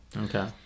Okay